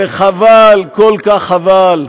וחבל, כל כך חבל,